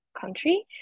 country